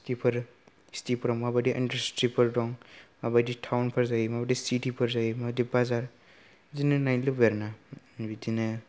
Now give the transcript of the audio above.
सिटिफोर सिटिफोराव माबायदि इन्दास्ट्रि दं माबायदि थावनफोर जायो माबायदि सिटिफोर जायो माबादि बाजार बिदिनो नायनो लुबैयो आरो ना बिदिनो